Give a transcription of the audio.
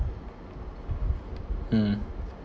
mm